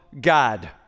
God